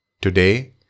Today